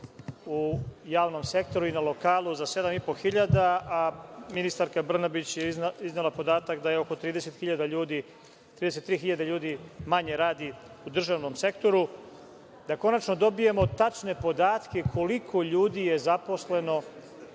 u javnom sektoru i na lokalu za sedam i po hiljada, a ministarka Brnabić je iznela podatak da oko 33 hiljade ljudi manje radi u državnom sektoru, da konačno dobijemo tačne podatke koliko ljudi je zaposleno